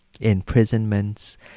imprisonments